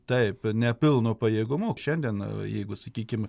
taip nepilnu pajėgumu šiandien jeigu sakykim